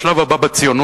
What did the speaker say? השלב הבא בציונות,